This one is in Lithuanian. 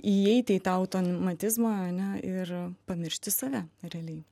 įeiti į tą automatizmą ane ir pamiršti save realiai